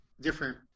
different